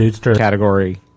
...category